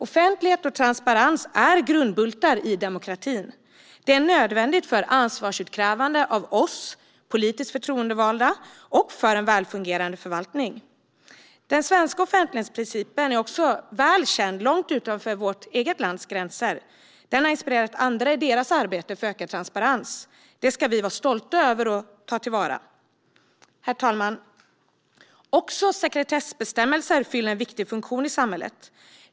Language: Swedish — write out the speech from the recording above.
Offentlighet och transparens är grundbultar i demokratin. Det är nödvändigt för ansvarsutkrävande av oss politiskt förtroendevalda och för en välfungerande förvaltning. Den svenska offentlighetsprincipen är välkänd långt utanför vårt lands gränser. Den har inspirerat andra i deras arbete för ökad transparens. Det ska vi vara stolta över och ta till vara. Herr talman! Också sekretessbestämmelser fyller en viktig funktion i samhället.